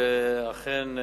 ואכן,